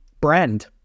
brand